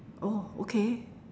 oh okay